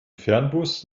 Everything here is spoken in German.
fernbus